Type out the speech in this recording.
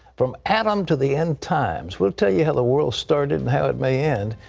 from adam to the end times, we'll tell you how the world started and how it may end.